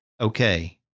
okay